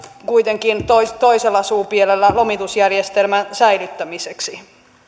kuitenkin toisella toisella suupielellä lomitusjärjestelmän säilyttämiseksi